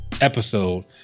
episode